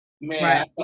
man